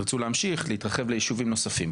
תרצו להמשיך, להתרחב ליישובים נוספים.